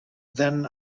then